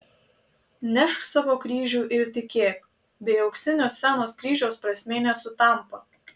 nešk savo kryžių ir tikėk bei auksinio scenos kryžiaus prasmė nesutampa